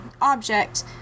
object